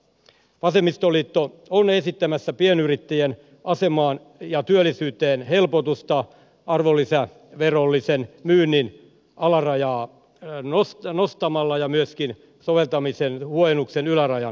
vasemmistoliitto on esittämässä pienyrittäjien asemaan ja työllisyyteen helpotusta nostamalla arvonlisäverollisen myynnin alarajaa ja myöskin soveltamisen huojennuksen ylärajaa